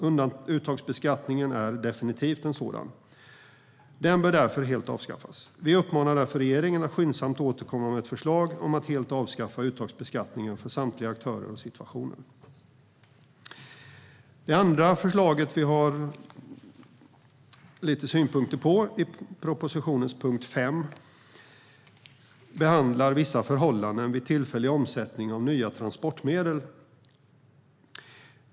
Uttagsbeskattningen är definitivt en sådan. Den bör avskaffas helt. Vi uppmanar därför regeringen att skyndsamt återkomma med ett förslag om att helt avskaffa uttagsbeskattningen för samtliga aktörer och situationer. Det andra förslaget vi har synpunkter på är propositionens punkt 5, som behandlar vissa förhållanden vid tillfällig omsättning av nya transportmedel.